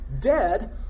dead